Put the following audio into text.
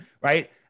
right